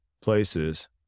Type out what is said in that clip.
places